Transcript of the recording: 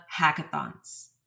hackathons